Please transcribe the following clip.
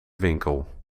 winkel